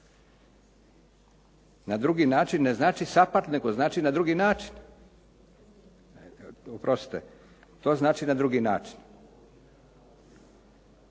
Na drugi način ne znači SAPHARD, nego znači na drugi način. Oprostite, to znači na drugi način.